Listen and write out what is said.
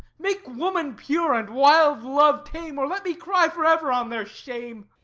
make woman pure, and wild love tame, or let me cry for ever on their shame!